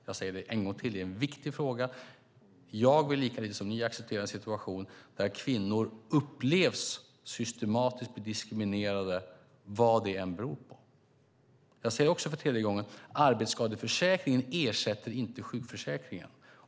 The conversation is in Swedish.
Jag tycker att det är en viktig fråga. Jag vill lika lite som ni acceptera en situation där kvinnor upplevs bli diskriminerade systematiskt, vad det än beror på. Jag säger också för tredje gången att arbetsskadeförsäkringen inte ersätter sjukförsäkringen.